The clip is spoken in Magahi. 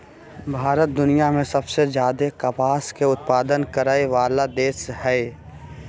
भारत दुनिया में सबसे ज्यादे कपास के उत्पादन करय वला देश हइ